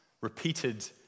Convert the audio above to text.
repeated